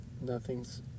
nothing's